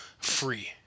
free